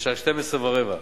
"בשעה 12:15,